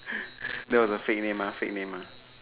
no no the fake name mah fake name mah